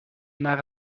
naar